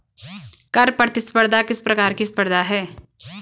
कर प्रतिस्पर्धा किस प्रकार की स्पर्धा है?